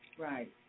Right